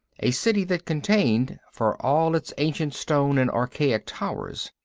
a city that contained, for all its ancient stone and archaic towers,